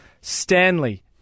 Stanley